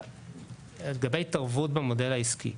לגבי התערבות במודל העסקי,